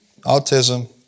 Autism